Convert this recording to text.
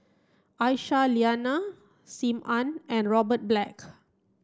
Aisyah Lyana Sim Ann and Robert Black